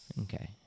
Okay